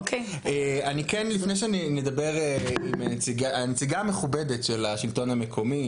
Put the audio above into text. לפני שנפנה לנציגה המכובדת של השלטון המקומי